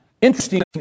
Interesting